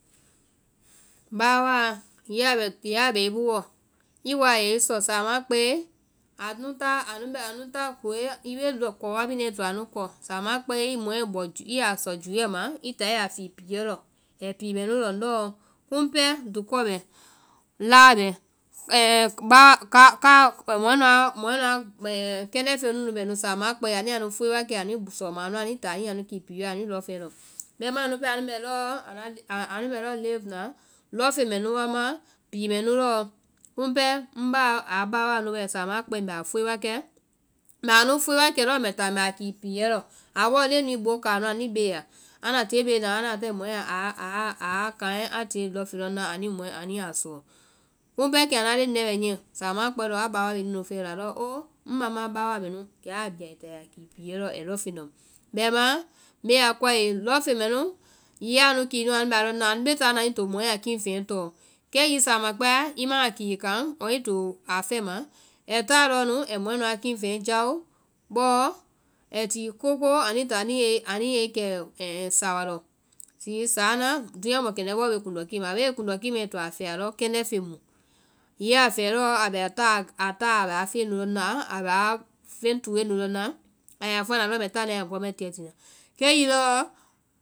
Báwaa, hiŋi a bɛ i boowɔ i woa a yɛi sɔ, anu bɛ- anu ta koe, i bee kɔɔ wa bina i toa nu kɔ. Samaã kpɛe i mɔɛ bɔ i a sɔ juɛ ma, i ta i ya tii piɛ lɔ, ai pii mɛnu lɔŋ lɔɔ. Kumu pɛɛ dokɔ bɛ, laa bɛ, mɔɛ nuã kɛndɛ́ feŋ mu nu bɛ samaã kpɛe anu ya nu fue wa kɛ anuĩ sɔma a nua anui taa anu ya nu tii piɛ lɔ anui lɔŋfeŋɛ lɔŋ. bɛima anu pɛɛ anu bɛ lɔɔ live na lɔŋfeŋ mɛ nu wa ma pii mɛnu lɔɔ. Kumu pɛɛ ŋba a báwaa nu bɛ samaã a kpɛe mbɛ a fue wa kɛ, mbɛ anu fue wa kɛ lɔɔ mbɛ ta mbɛ a kii piɛ lɔ, a bɔɔ leŋɛ nu boo ka anua anuĩ bee ya, anda tie bee na anda tae mɔɛ a kaŋɛ a tie lɔŋfeŋ lɔŋ na anui mɔɛ-anuĩ ya sɔɔ. Kumu pɛɛ kɛma na leŋlɛɛ bɛ ninyɛ, samaã a kpɛe lɔɔ a báwaa mɛ nu nu fɛe lɔɔ, a oo ŋmama a báwaa mɛ nu, kɛ a bii ai taa a ya kii piiɛ lɔ ai lɔŋfeŋ lɔŋ. Bɛimaã, mbe a koae? Lɔŋfeŋ mɛnu hiŋi ya a nu kii nu anu bɛ a lɔŋ na anu to mɔɛ a keŋfeŋɛ tɔɔ, kɛ hiŋi sama kpɛa i ma a kii kaŋ ɔɔ i to a fɛma, ai táa lɔɔ nu ai mɔɛ nuã keŋfeŋ nu jao, bɔɔ ai ti kokoo anuĩ táa anu yɛ i kɛ sawa lɔ. Zii sáa na dúunya mɔkɛndɛ́ bɔɔ bee kuŋndɔ kii ma, kuŋndɔ kii maã ai ya fɔ alɔ kɛndɛ́ feŋ mu. Hiŋi a fɛɛ lɔɔ a táa a bɛ a feŋɛ nu lɔŋ na, abɛ aa feŋ tue nu lɔŋ na, i ya fɔ na a lɔ mbɛ tana i la gɔmɛtiɛ tina, kɛ hiŋi lɔɔ